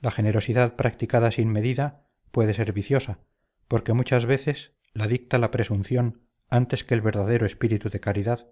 la generosidad practicada sin medida puede ser viciosa porque muchas veces la dicta la presunción antes que el verdadero espíritu de caridad